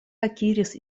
akiris